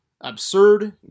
Absurd